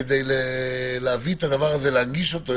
כדי להנגיש את הדבר הזה יותר.